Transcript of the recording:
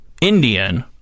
Indian